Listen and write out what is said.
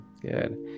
good